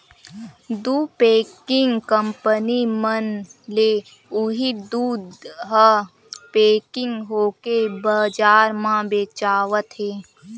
दू packing company मन ले उही दूद ह पेकिग होके बजार म बेचावत हे